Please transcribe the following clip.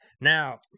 Now